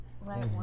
Right